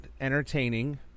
entertaining